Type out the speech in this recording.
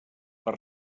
per